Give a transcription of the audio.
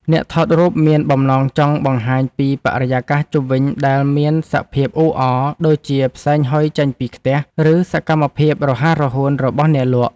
អ្នកថតរូបមានបំណងចង់បង្ហាញពីបរិយាកាសជុំវិញដែលមានសភាពអ៊ូអរ ដូចជាផ្សែងហុយចេញពីខ្ទះ ឬសកម្មភាពរហ័សរហួនរបស់អ្នកលក់។